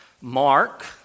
Mark